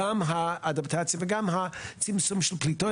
גם האדפטציה וגם הצמצום של קליטות,